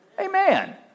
Amen